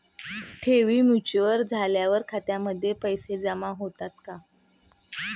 ठेवी मॅच्युअर झाल्यावर खात्यामध्ये पैसे जमा होतात का?